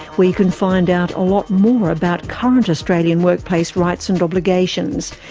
where you can find out a lot more about current australian workplace rights and obligations.